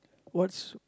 what's